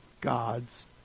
God's